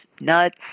nuts